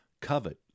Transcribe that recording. covet